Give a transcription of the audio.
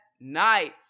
night